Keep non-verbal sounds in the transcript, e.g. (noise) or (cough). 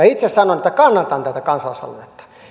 (unintelligible) itse sanoin että kannatan tätä kansalaisaloitetta